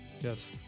Yes